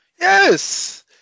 Yes